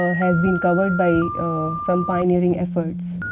has been covered by some pioneering efforts.